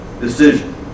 decision